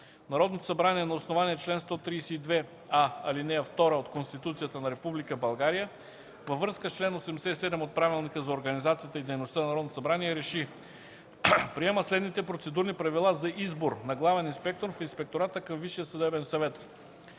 Народното събрание на основание чл. 132а, ал. 2 от Конституцията на Република България във връзка с чл. 87, от Правилника за организацията и дейността на Народното събрание РЕШИ: Приема следните Процедурни правила за избор на главен инспектор в Инспектората към Висшия съдебен съвет: